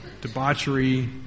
debauchery